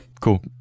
Cool